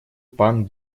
пан